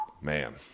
Man